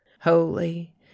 holy